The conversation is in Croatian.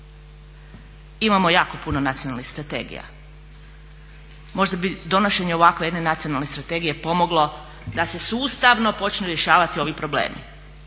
Imamo jako puno nacionalnih strategija. Možda bi donošenje ovakve jedne nacionalne strategije pomoglo da se sustavno počnu rješavati problemi,